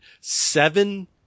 seven